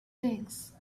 things